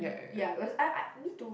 ya because I I need to